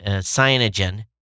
Cyanogen